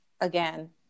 again